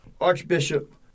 Archbishop